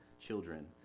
children